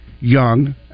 Young